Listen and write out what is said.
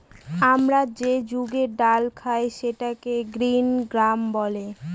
আমরা যে মুগের ডাল খায় সেটাকে গ্রিন গ্রাম বলে